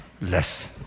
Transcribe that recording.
less